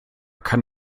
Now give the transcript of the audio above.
kann